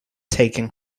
taking